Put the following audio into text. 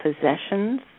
possessions